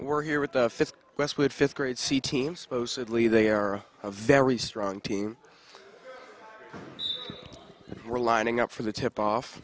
we're here with the fifth westwood fifth grade c teams mostly they are a very strong team were lining up for the tip off